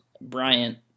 bryant